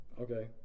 Okay